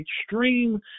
extreme